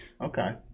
Okay